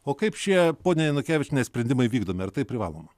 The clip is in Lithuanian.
o kaip šie ponia janukevičiene sprendimai vykdomi ar tai privaloma